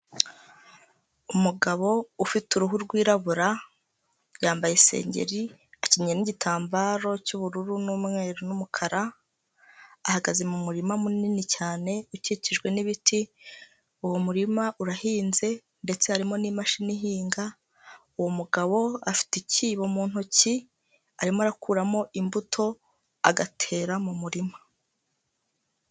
Umugabo ufite uruhu rwirabura yambaye isengeri akenyeye n'igitambaro cy'ubururu n'umweru n'umukara ahagaze mu murima munini cyane ukikijwe n'ibiti, uwo murima urahinze ndetse harimo n'imashini ihinga, uwo mugabo afite ikibo mu ntoki arimo arakuramo imbuto agatera mu murima.